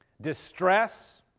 distress